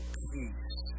peace